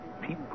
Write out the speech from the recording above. people